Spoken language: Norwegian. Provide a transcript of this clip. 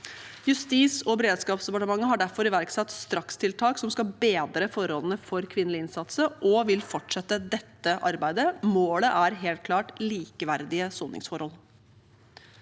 Justis- og beredskapsdepartementet har derfor iverksatt strakstiltak som skal bedre forholdene for kvinnelige innsatte, og de vil fortsette dette arbeidet. Målet er helt klart likeverdige soningsforhold.